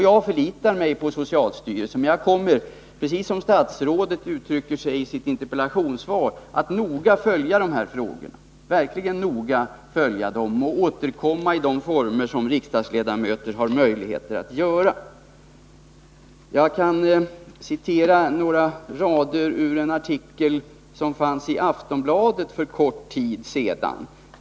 Jag förlitar mig på socialstyrelsen, men jag kommer — precis som statsrådet uttrycker sig i sitt interpellationssvar — att verkligen noga följa de här frågorna. Jag återkommer till detta i de former som gäller för riksdagsledamöterna. Jag skall återge några rader ur en artikel som fanns i Aftonbladet för en kort tid sedan.